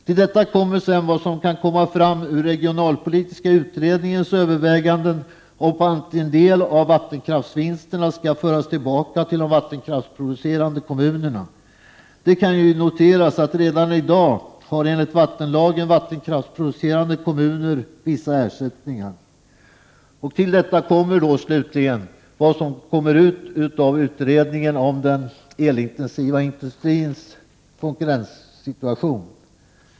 Till detta kommer sedan vad som kan komma fram ur regionalpolitiska utredningens övervägande om att en del av vattenkraftsvinsterna skall föras tillbaka till de vattenkraftsproducerande kommunerna. Det kan ju noteras att redan i dag har enligt vattenlagen vattenkraftsproducerande kommuner vissa ersättningar. Till detta kommer slutligen vad som kan bli resultatet av utredningen om den elintensiva industrins konkurrenssituation.